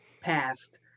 passed